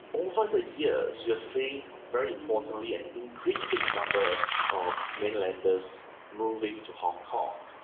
over the years you are seeing very importantly an increasing number of mainlanders moving to hong kong,